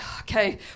Okay